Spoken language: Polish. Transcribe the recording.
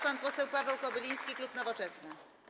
Pan poseł Paweł Kobyliński, klub Nowoczesna.